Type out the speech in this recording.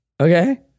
Okay